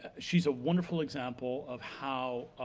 she's a wonderful example of how